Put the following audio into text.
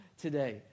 today